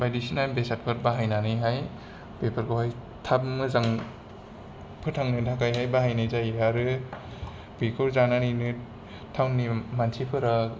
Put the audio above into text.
बायदिसिना बेसादफोर बाहाय नानैहाय बेफोरखौहाय थाब मोजां फोथांनो थाखायहाय बाहायनाय जायो आरो बेखौ जानानैनो टाउननि मानसिफोरा